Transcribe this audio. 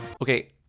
Okay